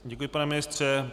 Děkuji, pane ministře.